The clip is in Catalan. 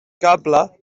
cable